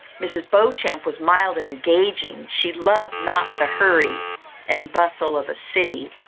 mrs. beauchamp was mild and engaging she loved not the hurry and bustle of a city,